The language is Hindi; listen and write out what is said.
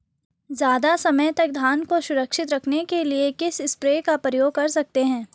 ज़्यादा समय तक धान को सुरक्षित रखने के लिए किस स्प्रे का प्रयोग कर सकते हैं?